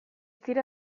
dira